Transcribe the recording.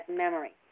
memory